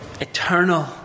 eternal